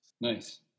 Nice